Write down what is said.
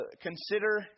consider